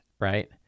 right